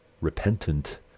repentant